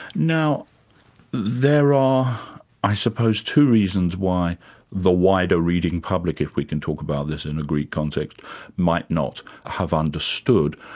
now there are ah i suppose two reasons why the wider reading public, if we can talk about this in a greek context, might not have understood.